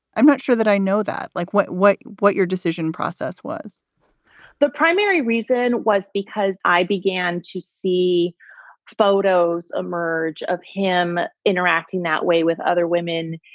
i'm not sure that i know that. like what what what your decision process was the primary reason was because i began to see photos emerge of him interacting that way with other women.